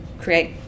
create